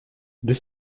deux